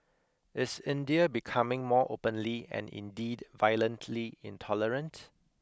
is India becoming more openly and indeed violently intolerant